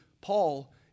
Paul